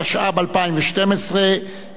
התשע"ב 2012,